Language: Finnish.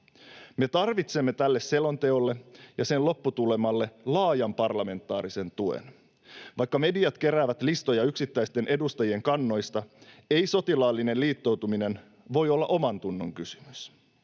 Me tarvitsemme tälle selonteolle ja sen lopputulemalle laajan parlamentaarisen tuen. Vaikka mediat keräävät listoja yksittäisten edustajien kannoista, ei sotilaallinen liittoutuminen voi olla omantunnon kysymys.